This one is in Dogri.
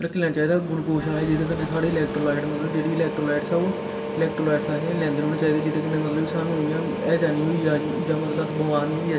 रक्खी लैना चाहिदा गुलकोश आह्ला जेह्दे कन्नै साढ़े इलैक्ट्रोलाइट मतलब जेह्ड़ी इलैक्ट्रोलाइट्स ऐ ओह् इलैक्ट्रोलाइट्स असें गी लैंदे रौह्ना चाहिदे जेह्दे कन्नै मतलब कि सानूं इ'यां हैजा निं होई जाऽ जां मतलब अस बमार निं होई जाचै